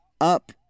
up